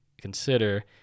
consider